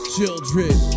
Children